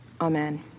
Amen